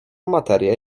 materię